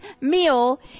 meal